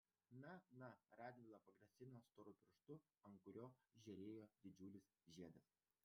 na na radvila pagrasino storu pirštu ant kurio žėrėjo didžiulis žiedas